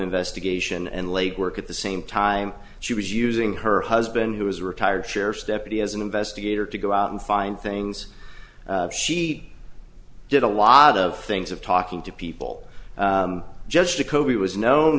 investigation and legwork at the same time she was using her husband who was a retired sheriff's deputy as an investigator to go out and find things she did a lot of things of talking to people just to koby was known